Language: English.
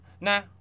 nah